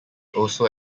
also